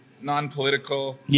non-political